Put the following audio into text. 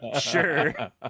Sure